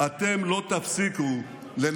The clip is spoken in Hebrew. שעוד פעם נהנה?